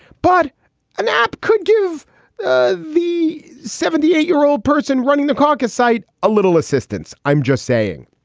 but an app could give the the seventy eight year old person running the caucus site a little assistance. i'm just saying.